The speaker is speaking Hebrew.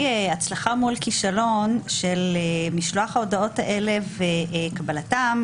הצלחה מול כישלון של משלוח ההודעות האלה וקבלתן,